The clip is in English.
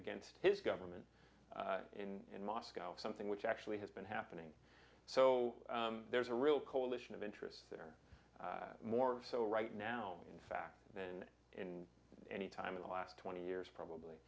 against his government in moscow something which actually has been happening so there's a real coalition of interests there more so right now in fact than in any time in the last twenty years probably